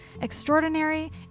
Extraordinary